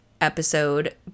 episode